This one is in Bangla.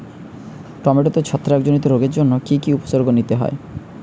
টমেটোতে ছত্রাক জনিত রোগের জন্য কি উপসর্গ নিতে হয়?